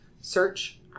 search